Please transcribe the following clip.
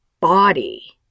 body